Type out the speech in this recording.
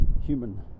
human